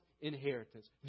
inheritance